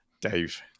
Dave